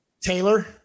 Taylor